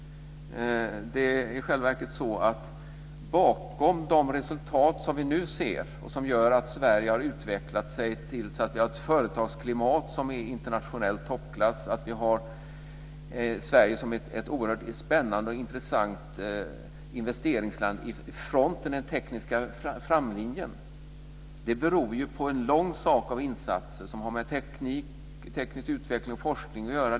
Det är i själva verket så att bakom de resultat som vi nu ser och som gör att Sverige har utvecklats så att vi har ett företagsklimat som är i internationell toppklass och som gör Sverige till ett oerhört spännande och intressant investeringsland i den tekniska frontlinjen ligger en lång rad av insatser som har med teknisk utveckling och forskning att göra.